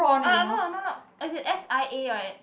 uh no no no no as in s_i_a